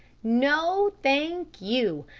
no, thank you.